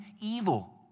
evil